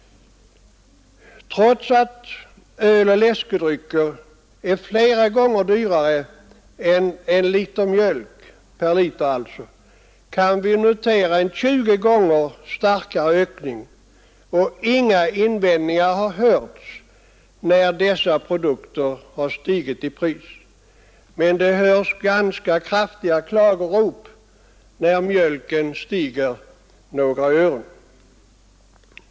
Trots att öl och läskedrycker är flera gånger dyrare per liter än mjölk kan vi notera en tjugo gånger starkare ökning av konsumtionen på de förstnämnda dryckerna. Inga invändningar har hörts när dessa produkter stigit i pris, men det hörs ganska kraftiga klagorop när mjölkpriset stiger med några ören.